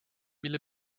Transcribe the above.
mille